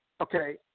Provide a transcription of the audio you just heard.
okay